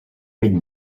bell